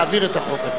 להעביר את החוק הזה.